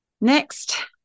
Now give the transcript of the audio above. Next